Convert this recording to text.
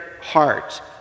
heart